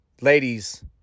ladies